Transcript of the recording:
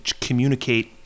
communicate